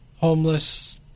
homeless